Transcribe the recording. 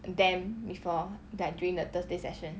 them before like during the thursday session